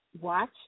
watch